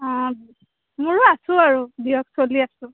অঁ মোৰো আছো আৰু দিয়ক চলি আছো